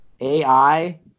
AI